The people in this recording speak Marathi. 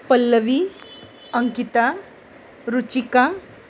पल्लवी अंकिता रुचिका